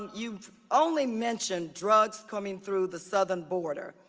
you only mentioned drugs coming through the southern border.